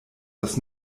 das